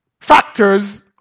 factors